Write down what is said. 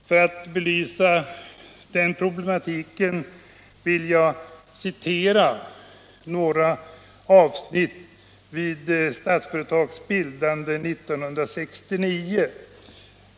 För att belysa den problematiken vill jag först citera några uttalanden i samband med Statsföretags bildande 1969.